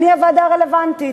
אני הוועדה הרלוונטית,